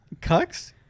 Cucks